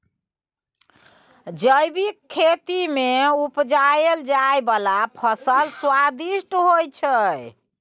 जैबिक खेती मे उपजाएल जाइ बला फसल स्वादिष्ट होइ छै